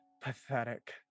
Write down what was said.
Pathetic